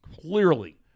clearly